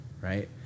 right